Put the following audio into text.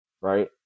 right